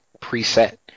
preset